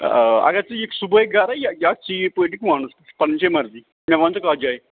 آ اگر ژٕ یِکھ صُبحٲے گَرَے یا ژیٖرۍ پٲٹھۍ یِکھ وانَس پٮ۪ٹھ پَنٕنۍ چھےٚ مرضی مےٚ وَن ژٕ کَتھ جایہِ